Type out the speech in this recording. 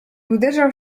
uderzał